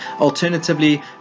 Alternatively